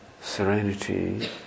serenity